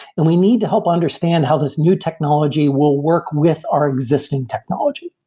and we need to help understand how this new technology will work with our existing technology.